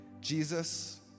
Jesus